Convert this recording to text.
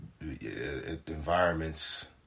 environments